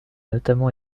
notamment